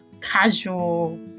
casual